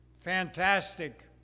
fantastic